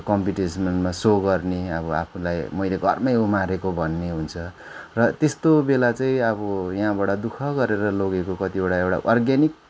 कम्पिटिसनमा सो गर्ने अब आफूलाई मैले घरमै उमारेको भन्ने हुन्छ र त्यस्तो बेला चाहिँ अब यहाँबाट दु ख गरेर लगेको कतिवटा एउटा अर्ग्यानिक